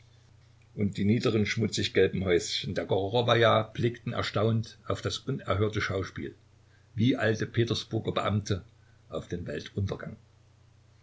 und die niederen schmutziggelben häuschen der gorochowaja blickten erstaunt auf das unerhörte schauspiel wie alte petersburger beamte auf den